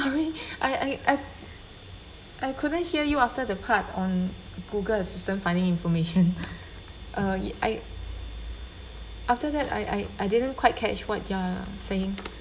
sorry I I I I couldn't hear you after the part on google assistant finding information uh I after that I I I didn't quite catch what you're saying